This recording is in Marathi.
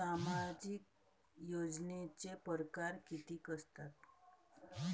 सामाजिक योजनेचे परकार कितीक असतात?